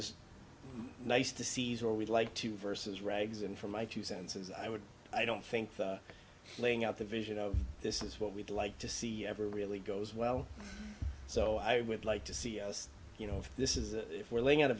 is nice to caesar we'd like to versus rags and for my two cents as i would i don't think laying out the vision of this is what we'd like to see ever really goes well so i would like to see us you know if this is if we're laying out a